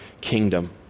kingdom